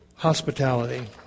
Hospitality